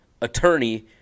attorney